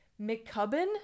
McCubbin